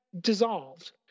dissolved